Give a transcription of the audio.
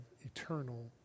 eternal